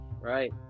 Right